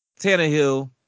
Tannehill